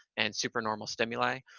and supernormal stimuli.